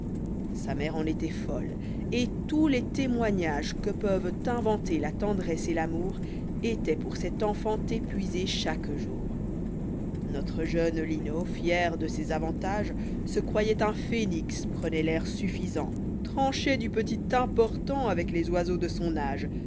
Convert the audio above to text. sa mère en était folle et tous les témoignages que peuvent inventer la tendresse et l'amoùi étaient pour cet enfant épuisé chaque jour notre jeune linot çerjde ces avantages se croyoit un phénix prenoit l'àir suffisanty tranchoit du petit important avec les oiseaux de son âge